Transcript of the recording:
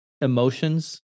emotions